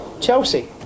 Chelsea